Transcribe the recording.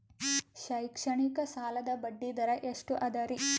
ಶೈಕ್ಷಣಿಕ ಸಾಲದ ಬಡ್ಡಿ ದರ ಎಷ್ಟು ಅದರಿ?